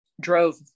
drove